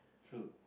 true